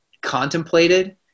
contemplated